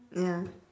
ya